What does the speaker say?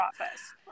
office